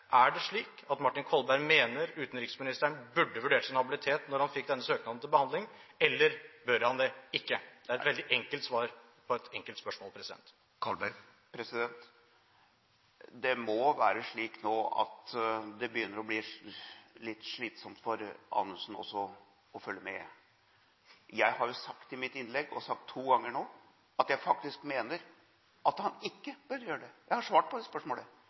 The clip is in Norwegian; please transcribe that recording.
Er det slik at Martin Kolberg mener utenriksministeren burde ha vurdert sin habilitet da han fikk denne søknaden til behandling, eller burde han det ikke? Det er et veldig enkelt svar på et enkelt spørsmål. Det må være slik nå at det begynner å bli litt slitsomt også for Anundsen å følge med. Jeg har jo sagt i mitt innlegg, sagt to ganger nå, at jeg faktisk mener han ikke burde gjøre det. Jeg har svart på det spørsmålet.